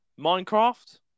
Minecraft